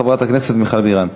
חברת הכנסת מיכל בירן.